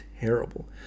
terrible